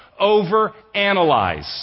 overanalyze